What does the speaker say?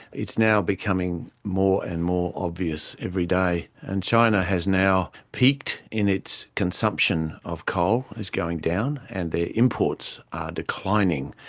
it's now becoming more and more obvious every day, and china has now peaked in its consumption of coal, it's going down, and their imports are declining.